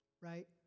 Right